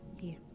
yes